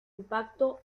impacto